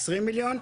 עשרים מיליון,